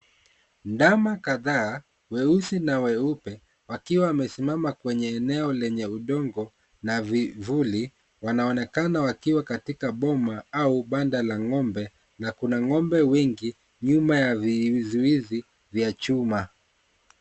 Ndama kadhaa weusi na weupe wakiwa wamesimama kwenye eneo lenye udongo na vivuli wanaonekana wakiwa katika boma au banda la ng'ombe na kuna ng'ombe wengi nyuma ya vizuizi vya chuma.